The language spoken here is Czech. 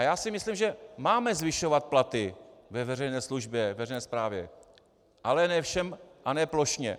Já si myslím, že máme zvyšovat platy ve veřejné službě, veřejné správně, ale ne všem a ne plošně.